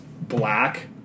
black